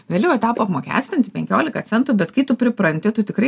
vėliau jie tapo apmokestinti penkiolika centų bet kai tu pripranti tu tikrai